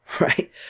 right